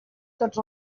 tots